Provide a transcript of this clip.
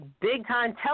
big-time